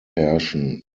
herrschen